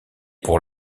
pour